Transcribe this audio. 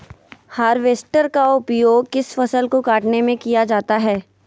Harvester का उपयोग किस फसल को कटने में किया जाता है?